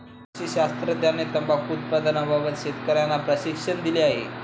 कृषी शास्त्रज्ञांनी तंबाखू उत्पादनाबाबत शेतकर्यांना प्रशिक्षण दिले